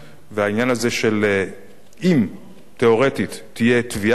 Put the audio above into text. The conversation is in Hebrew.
והעניין הזה של אם תיאורטית תהיה תביעה כזאת,